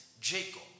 Jacob